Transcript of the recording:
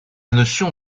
notion